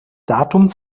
datum